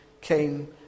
came